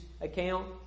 account